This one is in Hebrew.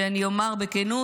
שאני אומר בכנות,